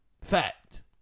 Fact